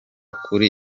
kuri